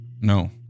No